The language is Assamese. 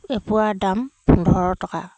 এপোৱাৰ দাম পোন্ধৰ টকা